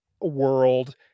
world